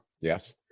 Yes